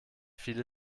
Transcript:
viele